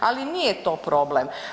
Ali nije to problem.